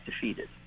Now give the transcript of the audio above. defeated